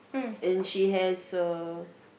and she has uh